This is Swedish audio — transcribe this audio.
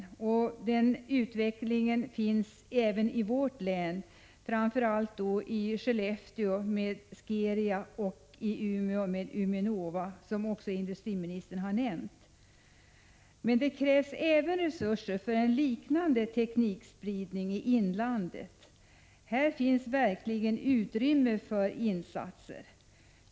Även i vårt län sker en utveckling på det området, framför allt i Skellefteå med Skeria och i Umeå med Uminova, som också industriministern har nämnt. Det krävs även resurser för liknande teknikspridning i inlandet. Här finns verkligen utrymme för insatser.